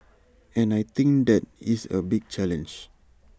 and I think that is A big challenge